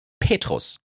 Petrus